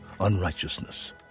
unrighteousness